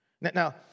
Now